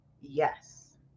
Yes